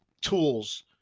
tools